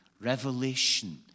Revelation